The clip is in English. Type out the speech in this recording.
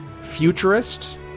futurist